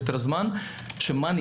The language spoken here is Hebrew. משרד העלייה והקליטה שמשתתף בתקציב